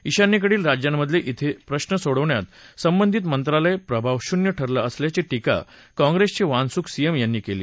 ईशान्येकडल्या राज्यांमधले प्रश्न सोडवण्यात संबंधित मंत्रालय प्रभावशून्य ठरलं असल्याची टीका काँप्रेसचे वान्सूक सीएम यांनी केली